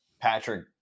Patrick